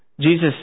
Jesus